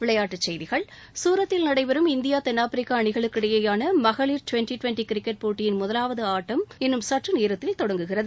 விளையாட்டுச் செய்திகள் சூரத்தில் நடைபெறும் இந்தியா தென்னாப்பிரிக்கா அணிகளுக்கு இடையேயான மகளிர் டுவென்டி டுவென்டி கிரிக்கெட் போட்டியின் முதலாவது ஆட்டம் இன்னும் சற்றநோத்தில் தொடங்கவுள்ளது